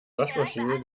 waschmaschine